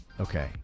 Okay